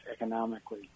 economically